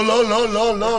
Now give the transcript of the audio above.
לא, לא, לא.